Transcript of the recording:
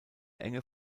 enge